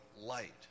light